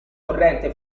corrente